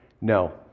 No